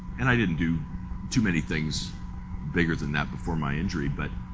and i didn't do too many things bigger than that before my injury but